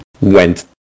went